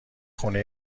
خونه